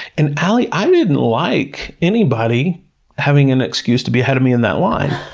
and alie, i didn't like anybody having an excuse to be ahead of me in that line!